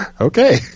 Okay